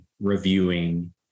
reviewing